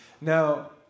Now